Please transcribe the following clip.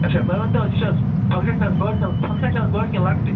آچھا مےٚ ؤنۍ تو حظ یہِ چھا حظ فنٛکشن چھا حظ بٔڑ کِنہٕ فنٛکشَن چھا حظ بٔڑ کنہٕ لکٹٕے